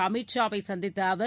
அமித் ஷாவை சந்தித்த அவர்